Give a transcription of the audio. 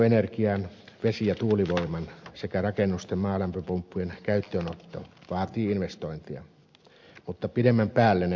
bioenergian vesi ja tuulivoiman sekä rakennusten maalämpöpumppujen käyttöönotto vaatii investointeja mutta pidemmän päälle ne kannattavat